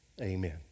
Amen